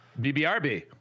BBRB